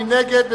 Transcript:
מי נגד?